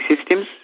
systems